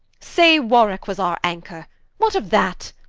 say warwicke was our anchor what of that?